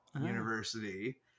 University